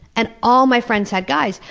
and all my friends had guys.